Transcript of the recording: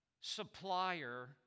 supplier